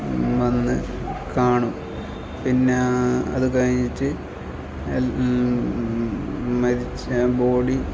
വന്ന് കാണും പിന്നെ അതുകഴിഞ്ഞിട്ട് എൽ മരിച്ച ബോഡി